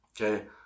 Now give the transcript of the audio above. Okay